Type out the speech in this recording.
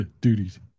Duties